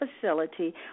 facility